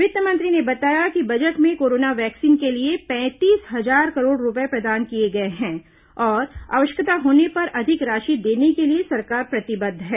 वित्त मंत्री ने बताया कि बजट में कोरोना वैक्सीन के लिए पैंतीस हजार करोड़ रुपए प्रदान किये गए हैं और आवश्यकता होने पर अधिक राशि देने के लिए सरकार प्रतिबद्ध है